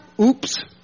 Oops